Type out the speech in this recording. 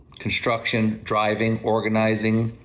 construction, driving, organizing,